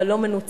אבל לא מנוצל,